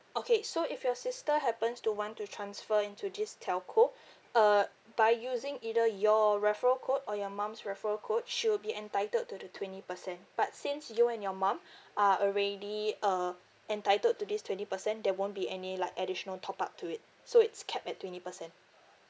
okay so if your sister happens to want to transfer into this telco uh by using either your referral code or your mum's referral code she will be entitled to the twenty percent but since you and your mum are already uh entitled to this twenty percent there won't be any like additional top up to it so it's capped at twenty percent